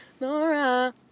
Nora